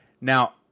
Now